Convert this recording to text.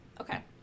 okay